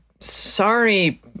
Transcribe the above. Sorry